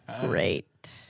Great